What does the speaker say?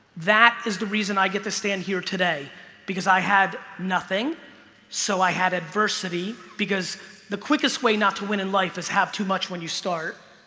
that is the reason i get to stand here today because i had nothing so i had adversity because the quickest way not to win in life is have too much when you start